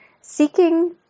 seeking